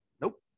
Nope